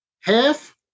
Half